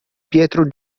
pietro